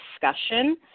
discussion